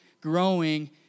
growing